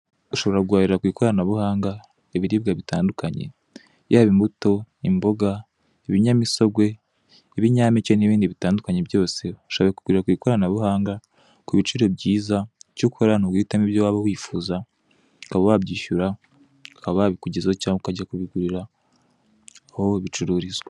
Ushobora guhahira ku ikoranabuhanga ibiribwa bitandukanye. Yaba imbuto, imboga, ibinyamisogwe, ibinyampeke n'ibindi bitandukanye byose, ushobora kubigurira ku ikoranabuhanga ku biciro byiza, icyo ukora ni uguhitamo ibyo waba wifuza, ukaba wabyishyura bakaba babikugezaho cyangwa ukajya kubigurira aho bicururizwa.